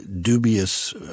dubious